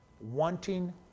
wanting